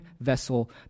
vessel